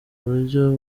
buryo